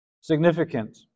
significant